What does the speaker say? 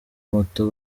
moto